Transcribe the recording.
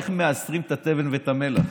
איך מעשרים את התבן ואת המלח?